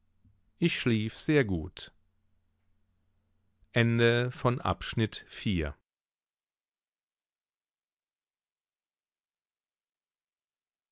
ich schlief sehr gut